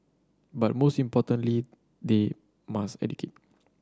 but most importantly they must educate